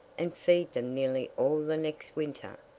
and feed them nearly all the next winter.